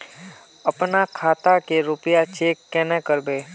अपना खाता के रुपया चेक केना करबे?